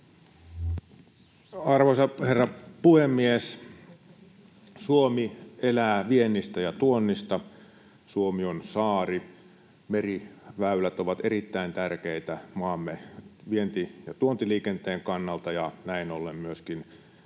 Arvoisa herrapuhemies! Suomi elää viennistä ja tuonnista. Suomi on saari, meriväylät ovat erittäin tärkeitä maamme vienti- ja tuontiliikenteen kannalta ja näin ollen myöskin sen